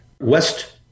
West